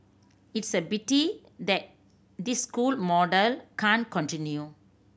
it's a pity that this school model can't continue